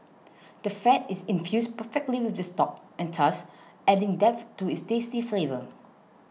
the fat is infused perfectly with the stock and thus adding depth to its tasty flavour